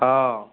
ହଁ